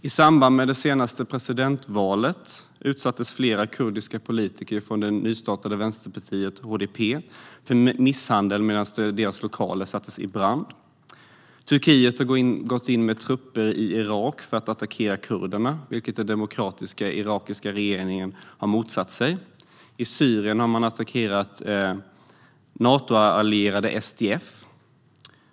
I samband med det senaste presidentvalet utsattes flera kurdiska politiker från det nystartade vänsterpartiet HDP för misshandel medan deras lokaler sattes i brand. Turkiet har gått in med trupper i Irak för att attackera kurderna, vilket den demokratiskt valda irakiska regeringen har motsatt sig. I Syrien har man attackerat Natoallierade SDF.